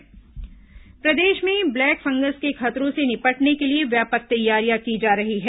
black fungus प्रदेश में black fungus के खतरों से निपटने के लिए व्यापक तैयारियां की जा रही हैं